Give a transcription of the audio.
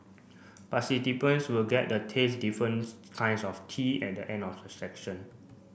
will get the taste difference kinds of tea at end of the session